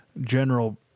general